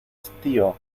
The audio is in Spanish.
estío